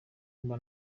mba